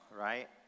right